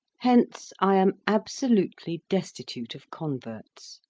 hence i am absolutely destitute of converts,